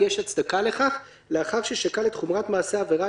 יש הצדקה לכך לאחר ששקל את חומרת מעשה העבירה,